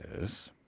Yes